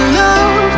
love